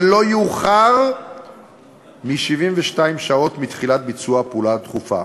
ולא יאוחר מ-72 שעות מתחילת ביצוע הפעולה הדחופה.